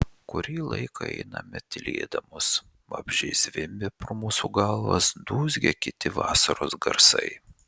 kurį laiką einame tylėdamos vabzdžiai zvimbia pro mūsų galvas dūzgia kiti vasaros garsai